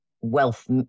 wealth